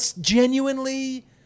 Genuinely